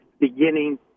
beginning